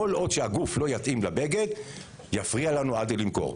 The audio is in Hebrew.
כל עוד הגוף לא יתאים לבגד, זה יפריע לנו למכור.